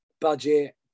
budget